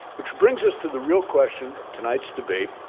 which brings us to the real question of tonight's debate,